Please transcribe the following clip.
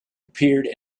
appeared